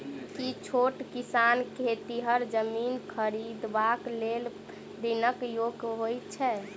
की छोट किसान खेतिहर जमीन खरिदबाक लेल ऋणक योग्य होइ छै?